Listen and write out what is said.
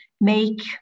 make